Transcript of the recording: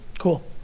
cool.